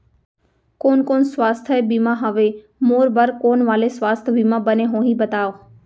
कोन कोन स्वास्थ्य बीमा हवे, मोर बर कोन वाले स्वास्थ बीमा बने होही बताव?